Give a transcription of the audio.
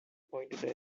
pointed